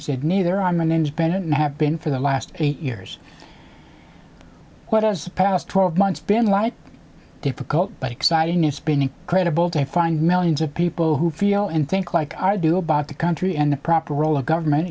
u said neither i'm an independent and have been for the last eight years what does past twelve months been like difficult but exciting new spinning credible to find millions of people who feel and think like i do about the country and the proper role of government